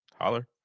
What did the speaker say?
holler